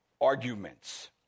arguments